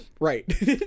Right